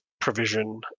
provision